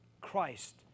Christ